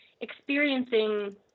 experiencing